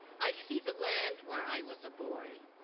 i see the land where i was a boy.